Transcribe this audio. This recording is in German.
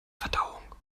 verdauung